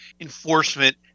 enforcement